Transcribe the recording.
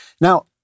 Now